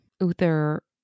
Uther